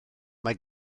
mae